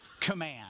command